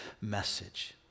message